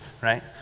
right